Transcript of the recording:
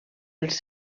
els